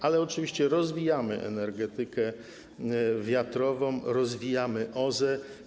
Ale oczywiście rozwijamy energetykę wiatrową, rozwijamy OZE.